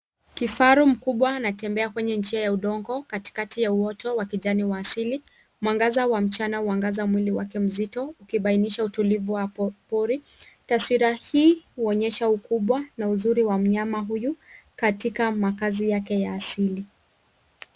Kifaru mkubwa anatembea kwenye njia ya udongo katikati ya uoto wa kijani wa asili. Mwangaza wa mchana huangaza mwili wake mzito ikibainisha utulivu wa pori. Taswira hii huonyesha ukubwa na uzuri wa mnyama huyu katika makaazi yake ya asili.